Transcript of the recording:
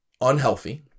unhealthy